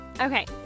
Okay